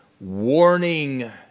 Warning